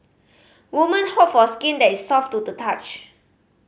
women hope for skin that is soft to the touch